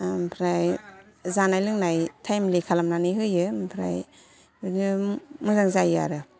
ओमफ्राय जानाय लोंनाय टाइमलि खालामनानै होयो ओमफ्राय बिदिनो मोजां जायो आरो